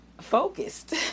focused